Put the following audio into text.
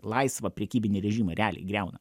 laisvą prekybinį režimą realiai griauna